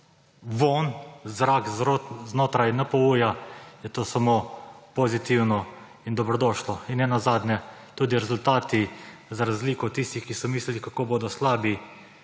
zrak znotraj NPU, je to samo pozitivno in dobrodošlo. In nenazadnje tudi rezultati, za razliko od tistih, ki so mislili, kako bodo slabi,